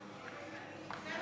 הודעת